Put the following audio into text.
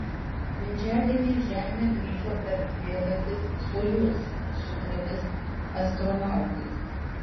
trečiadienį į žemę grįžo erdvėlaivis sojuz su trimis astronautais